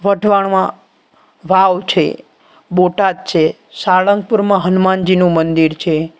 વટવાણવા વાવ છે બોટાદ છે સાળંગપુરમાં હનુમાનજીનું મંદિર છે